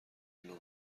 الملل